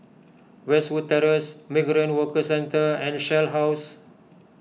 Westwood Terrace Migrant Workers Centre and Shell House